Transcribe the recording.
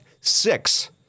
six